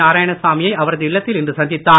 நாராயணசாமி யை அவரது இல்லத்தில் இன்று சந்தித்தார்